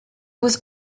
was